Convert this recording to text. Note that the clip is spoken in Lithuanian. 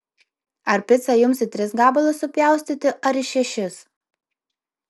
ar picą jums į tris gabalus supjaustyti ar į šešis